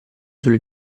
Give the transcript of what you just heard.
sulle